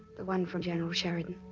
the one from general sheridan?